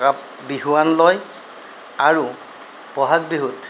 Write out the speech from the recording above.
বিহুৱান লয় আৰু ব'হাগ বিহুত